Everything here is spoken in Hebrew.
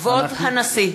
כבוד הנשיא!